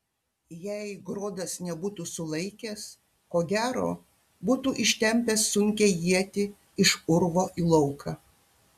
jei grodas nebūtų sulaikęs ko gero būtų ištempęs sunkią ietį iš urvo į lauką